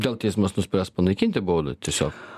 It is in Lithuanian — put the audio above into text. gal teismas nuspręs panaikinti baudą tiesiog